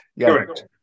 correct